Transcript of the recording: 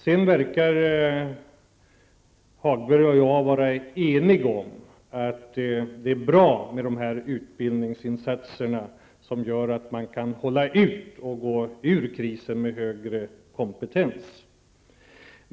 Lars-Ove Hagberg och jag verkar vara eniga om att det är bra med dessa utbildningsinsatser som gör att företagen kan hålla ut och gå ur krisen med högre kompetens.